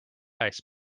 ice